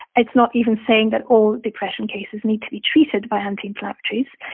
it's not even saying that all depression cases need to be treated by anti-inflammatories.